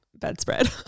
bedspread